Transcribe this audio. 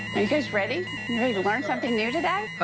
are you guys ready? you ready to learn something new today?